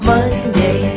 Monday